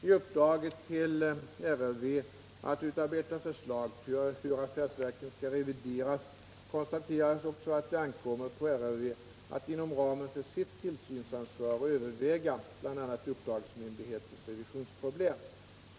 I uppdraget till RRV att utarbeta förslag till hur affärsverken skall revideras konstateras även att det ankommer på RRV att inom ramen för sitt tillsynsansvar överväga bl.a. uppdragsmyndigheters revisionsproblem.